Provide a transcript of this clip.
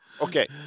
Okay